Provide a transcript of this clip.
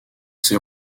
ses